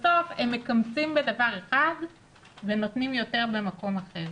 בסוף הם מקמצים בדבר אחד ונותנים יותר במקום אחר,